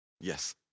Yes